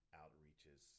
outreaches